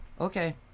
okay